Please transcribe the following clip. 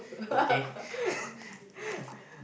okay